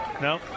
No